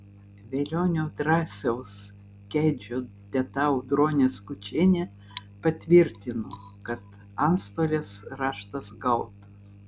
velionio drąsiaus kedžio teta audronė skučienė patvirtino kad antstolės raštas gautas